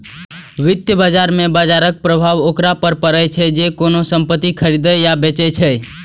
वित्त बाजार मे बाजरक प्रभाव ओकरा पर पड़ै छै, जे कोनो संपत्ति खरीदै या बेचै छै